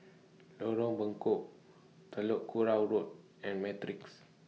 Lorong Bengkok Telok Kurau Road and Matrix